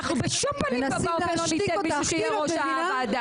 אנחנו בשום פנים ואופן לא ניתן מישהו אחר שיהיה יושב ראש הוועדה.